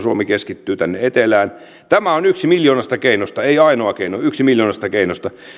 suomi keskittyy tänne etelään tämä on yksi miljoonasta keinosta ei ainoa keino yksi miljoonasta keinosta